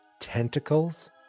Tentacles